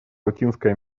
латинской